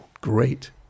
great